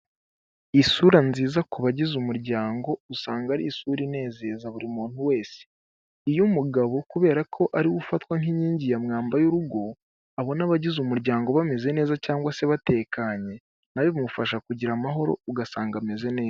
Isura nziza ku bagize umuryango usanga ari isura inezeza buri muntu wese, iyo umugabo kubera ko ariwe ufatwa nk'inkingi ya mwamba y'urugo, abona abagize umuryango bameze neza cyangwa se batekanye, nawe bimufasha kugira amahoro ugasanga ameze neza.